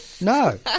No